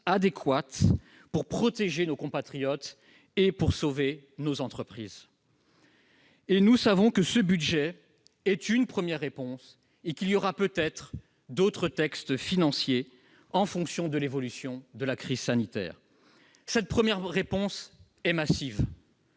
adéquate pour protéger nos compatriotes et pour sauver nos entreprises. Nous savons que ce budget est une première réponse et que d'autres textes financiers pourraient suivre, en fonction de l'évolution de la situation sanitaire. Cette première réponse est massive